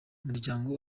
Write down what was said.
umuryango